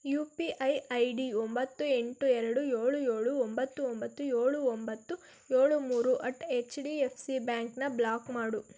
you P I I D ಒಂಬತ್ತು ಎಂಟು ಎರಡು ಏಳು ಏಳು ಒಂಬತ್ತು ಒಂಬತ್ತು ಏಳು ಒಂಬತ್ತು ಏಳು ಮೂರು at H D F C ಬ್ಯಾಂಕನ್ನ ಬ್ಲಾಕ್ ಮಾಡು